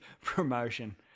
promotion